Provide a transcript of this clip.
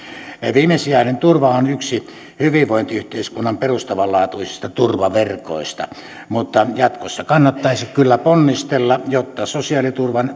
viimesijainen turva on yksi hyvinvointiyhteiskunnan perustavanlaatuisista turvaverkoista mutta jatkossa kannattaisi kyllä ponnistella jotta sosiaaliturvan